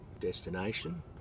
destination